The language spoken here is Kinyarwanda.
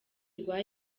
rwa